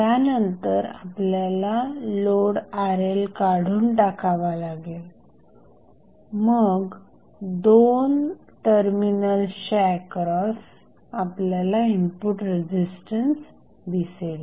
त्यानंतर आपल्याला load RL काढून टाकावा लागेल मग दोन टर्मिनल्सच्या एक्रॉस आपल्याला इनपुट रेझिस्टन्स दिसेल